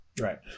Right